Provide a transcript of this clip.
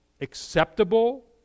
acceptable